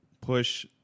push